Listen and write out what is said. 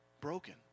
broken